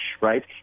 right